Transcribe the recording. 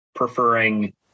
Preferring